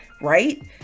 right